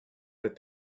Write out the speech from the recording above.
that